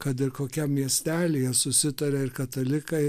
kad ir kokiam miestelyje susitaria ir katalikai